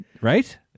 right